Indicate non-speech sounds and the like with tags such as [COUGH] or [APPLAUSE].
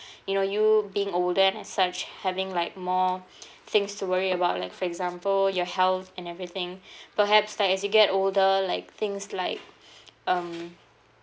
[BREATH] you know you being older and such having like more [BREATH] things to worry about like for example your health and everything [BREATH] perhaps that as you get older like things like um